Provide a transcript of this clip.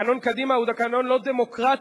תקנון קדימה הוא תקנון לא דמוקרטי.